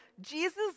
Jesus